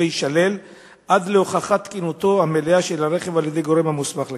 יישלל עד להוכחת תקינותו המלאה של הרכב על-ידי גורם המוסמך לכך.